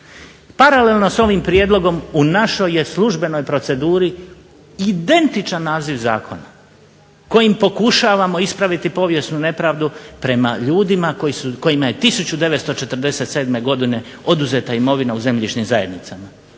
Paralelno s ovim prijedlogom u našoj je službenoj proceduri identičan naziv zakona kojim pokušavamo ispraviti povijesnu nepravdu prema ljudima kojima je 1947. godine oduzeta imovina u zemljišnim zajednicama.